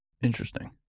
Interesting